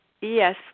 Yes